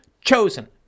chosen